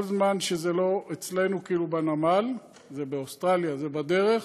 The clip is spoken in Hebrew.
כל זמן שזה לא אצלנו בנמל, זה באוסטרליה, זה בדרך,